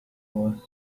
was